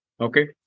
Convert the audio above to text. Okay